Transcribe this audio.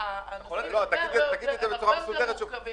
-- אבל הדברים הרבה יותר מורכבים מזה.